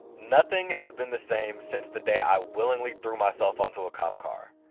nothing has been the same since the day i willingly threw myself onto a cop car.